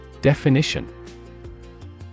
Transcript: Definition